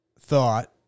thought